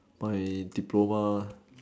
my diploma